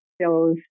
shows